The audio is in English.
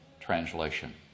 translation